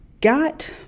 got